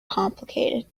complicated